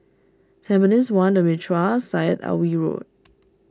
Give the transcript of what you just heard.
Tampines one the Mitraa Syed Alwi Road